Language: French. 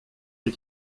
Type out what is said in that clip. les